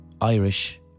Irish